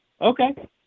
okay